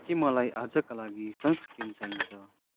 के मलाई आजका लागि सनस्क्रिन चाहिन्छ